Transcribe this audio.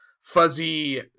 fuzzy